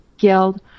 guild